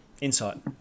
insight